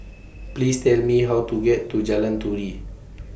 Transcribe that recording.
Please Tell Me How to get to Jalan Turi